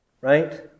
right